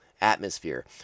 atmosphere